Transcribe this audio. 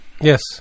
Yes